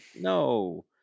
no